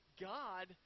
God